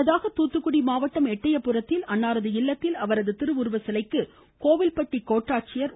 முன்னதாக தூத்துக்குடி மாவட்டம் எட்டயபுரத்தில் உள்ள அன்னாரது இல்லத்தில் அவரின் திருவுருவச்சிலைக்கு கோவில்பட்டி கோட்டாட்சியர் திருமதி